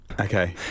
Okay